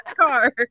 car